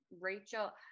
Rachel